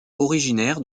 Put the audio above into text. originaire